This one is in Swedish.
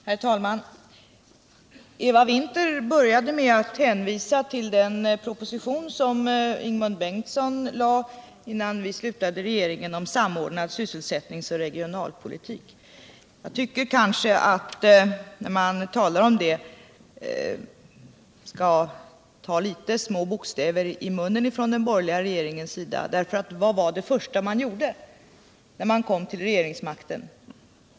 Herr talman! Eva Winther började med att hänvisa till den proposition om samordnad sysselsättningsoch regionalpolitik som Ingemund Bengtsson lade innan vi slutade regera. Jag tycker kanske att de borgerliga representanterna skall tala om detta med små bokstäver. Vad var det första den borgerliga regeringen gjorde när den kom till makten?